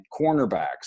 cornerbacks